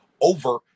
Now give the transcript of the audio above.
over